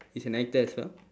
he's an actor as well